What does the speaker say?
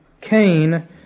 Cain